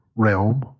realm